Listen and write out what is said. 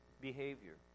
behavior